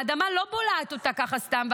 האדמה לא בולעת אותה ככה סתם.